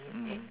mm